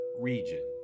region